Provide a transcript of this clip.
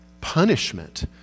punishment